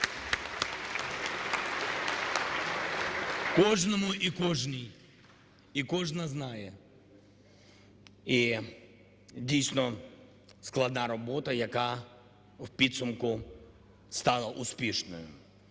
Кожному і кожній, і кожна знає. І, дійсно, складна робота, яка в підсумку стала успішною.